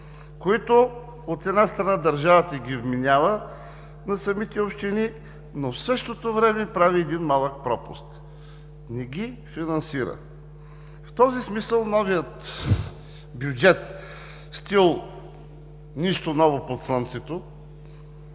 които, от една страна, държавата вменява на самите общини, но в същото време прави един малък пропуск – не ги финансира. В този смисъл новият бюджет е в стил „нищо ново под слънцето“,